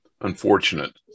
unfortunate